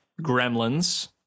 gremlins